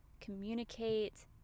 communicate